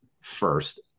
first